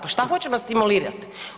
Pa šta hoćemo stimulirati?